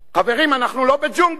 חברים, אנחנו לא בג'ונגל.